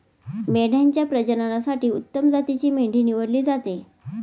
मेंढ्यांच्या प्रजननासाठी उत्तम जातीची मेंढी निवडली जाते